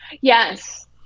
yes